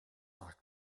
our